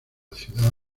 ciudad